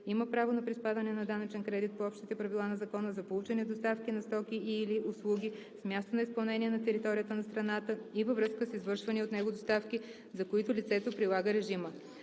има право на приспадане на данъчен кредит по общите правила на закона за получени доставки на стоки и/или услуги с място на изпълнение на територията на страната във връзка с извършвани от него доставки, за които лицето прилага режима.“